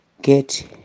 get